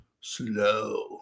Slow